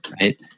Right